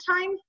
time